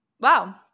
wow